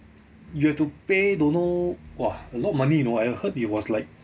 you have to pay don't know !wah! a lot money you know I heard it was like